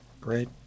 Great